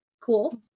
cool